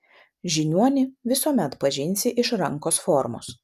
žiniuonį visuomet pažinsi iš rankos formos